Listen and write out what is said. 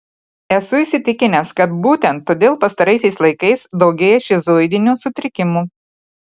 esu įsitikinęs kad būtent todėl pastaraisiais laikais daugėja šizoidinių sutrikimų